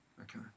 Okay